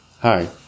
Hi